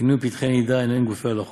קנין ופתחי נידה הן הן גופי הלכות,